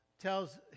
tells